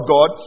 God